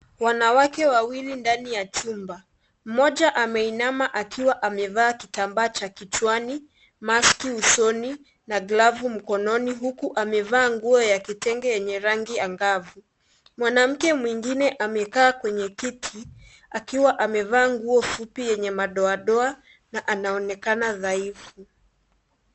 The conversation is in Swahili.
Wanawake wawili ndani ya chumba, mmoja ameinama akiwa amevaa kitambaa cha kichwani maski usoni na glavu mkononi huku amevaa nguo ya kitenge yenye rangi angavu, mwanamke mwingine amekaa kwenye kiti akiwa amevaa nguo fupi yenye madoa doa na anaonekana dhaifu.